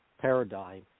paradigm